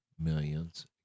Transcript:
millions